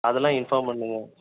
அதெல்லாம் இன்ஃபார்ம் பண்ணுங்கள்